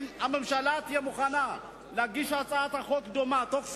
אם הממשלה תהיה מוכנה להגיש הצעת חוק דומה בתוך שבועיים,